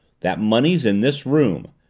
that money's in this room.